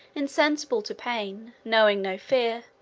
insensible to pain, knowing no fear,